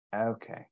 Okay